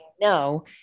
no